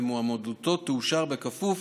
ומועמדותו תאושר בכפוף